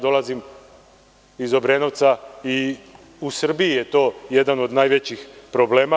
Dolazim iz Obrenovca i u Srbiji je to jedan od najvećih problema.